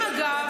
אגב.